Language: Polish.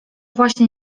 właśnie